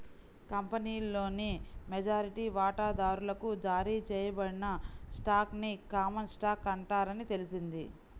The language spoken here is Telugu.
కంపెనీలోని మెజారిటీ వాటాదారులకు జారీ చేయబడిన స్టాక్ ని కామన్ స్టాక్ అంటారని తెలిసింది